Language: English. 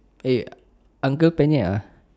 eh uncle penyet ah